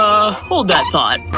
hold that thought.